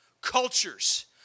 cultures